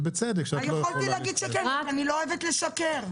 ובצדק --- אני לא אוהבת לשקר.